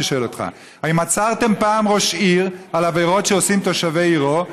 אני שואל אותך: האם עצרתם פעם ראש עיר על עבירות שעושים תושבי עירו?